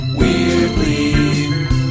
weirdly